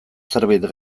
zerbait